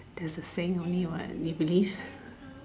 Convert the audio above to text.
there is saying only what we believe